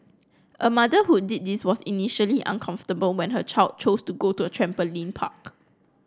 a mother who did this was initially uncomfortable when her child chose to go to a trampoline park